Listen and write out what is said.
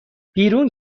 بیرون